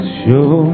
show